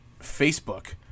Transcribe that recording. Facebook